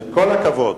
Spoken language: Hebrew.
כל הכבוד.